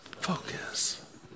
focus